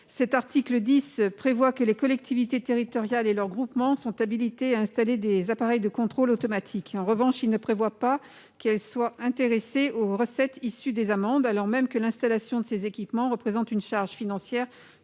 ! L'article 10 prévoit que les collectivités territoriales et leurs groupements sont habilités à installer des appareils de contrôle automatique. En revanche, il ne prévoit pas qu'ils soient intéressés aux recettes issues des amendes, alors même que l'installation de ces équipements représente une charge financière